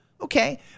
Okay